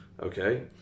okay